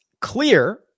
clear